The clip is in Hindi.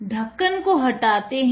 ढक्कन को हटाते हैं